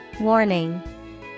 Warning